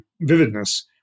vividness